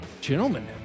gentlemen